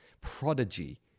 prodigy